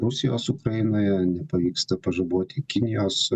rusijos ukrainoje nepavyksta pažaboti kinijos